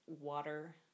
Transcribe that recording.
water